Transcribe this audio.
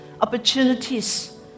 opportunities